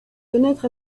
fenêtres